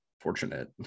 fortunate